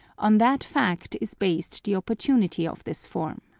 on that fact is based the opportunity of this form.